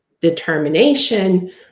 determination